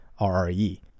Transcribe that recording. RRE